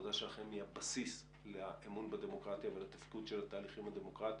העבודה שלכם היא הבסיס לאמון בדמוקרטיה ולתפקוד של התהליכים הדמוקרטיים.